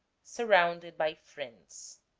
surrounded by friends.